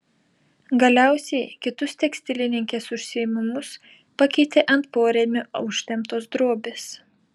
galiausiai kitus tekstilininkės užsiėmimus pakeitė ant porėmio užtemptos drobės